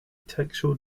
textual